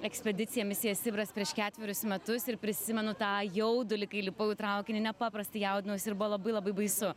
ekspediciją misija sibiras prieš ketverius metus ir prisimenu tą jaudulį kai lipau į traukinį nepaprastai jaudinausi ir buvo labai labai baisu